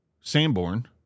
Sanborn